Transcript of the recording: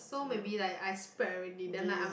so maybe like I spread already then like I'm